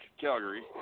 Calgary